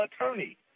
attorney